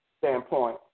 standpoint